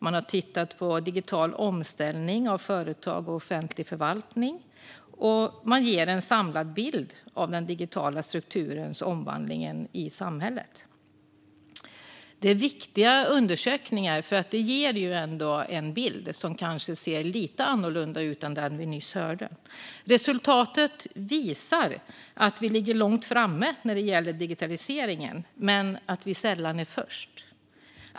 Man har tittat på digital omställning av företag och offentlig förvaltning. Och man ger en samlad bild av den digitala strukturens omvandling i samhället. Det är en viktig undersökning eftersom den ger en bild som kanske ser lite annorlunda ut än den vi nyss fick höra om. Resultatet visar att Sverige ligger långt framme när det gäller digitaliseringen, men att vi sällan är först.